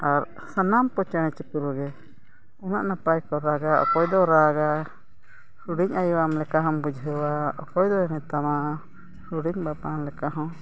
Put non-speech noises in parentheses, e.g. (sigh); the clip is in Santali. ᱟᱨ ᱥᱟᱱᱟᱢ ᱠᱚ ᱪᱮᱬᱮ ᱪᱤᱯᱨᱩ ᱜᱮ ᱩᱱᱟᱹᱜ ᱱᱟᱯᱟᱭ ᱠᱚ ᱨᱟᱜᱟ ᱚᱠᱚᱭ ᱫᱚ ᱨᱟᱜᱟ ᱦᱩᱰᱤᱧ ᱟᱭᱳᱣᱟᱢ ᱞᱮᱠᱟ ᱦᱚᱢ ᱵᱩᱡᱷᱟᱹᱣᱟ ᱚᱠᱚᱭ ᱫᱚᱭ ᱢᱮᱛᱟᱢᱟ ᱦᱩᱰᱤᱧ (unintelligible) ᱞᱮᱠᱟ ᱦᱚᱸ